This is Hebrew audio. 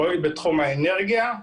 פרויקט בתחום האנרגיה.